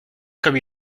comme